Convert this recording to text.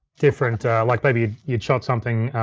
different, like maybe you'd shot something,